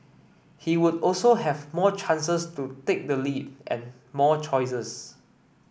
he would also have more chances to take the lead and more choices